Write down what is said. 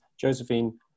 Josephine